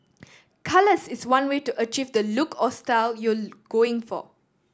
colours is one way to achieve the look or style you're going for